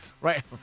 Right